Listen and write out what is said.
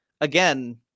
again